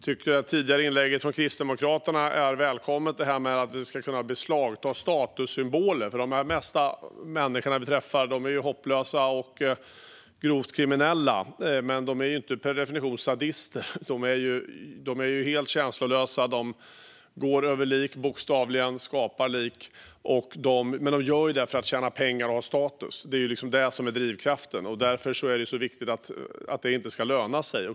Det som sas i Kristdemokraternas tidigare inlägg om att kunna beslagta statussymboler var välkommet. De flesta av dessa människor som vi träffar är hopplösa och grovt kriminella, men de är ju inte per definition sadister. De är helt känslolösa och går bokstavligen över lik, skapar lik, men de gör det för att tjäna pengar och ha status. Det är det som är drivkraften. Det är därför det är så viktigt att det inte lönar sig.